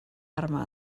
arma